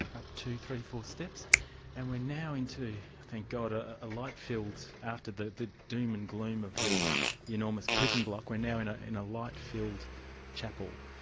up two, three, four steps and we're now into, thank god, ah a light-filled after the the doom and gloom of the enormous prison block we're now in ah in a light-filled chapel.